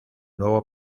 nuevo